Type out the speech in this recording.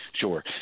Sure